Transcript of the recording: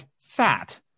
fat